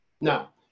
Now